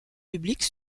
publics